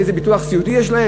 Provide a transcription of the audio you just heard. איזה ביטוח סיעודי יש להם?